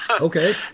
Okay